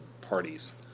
parties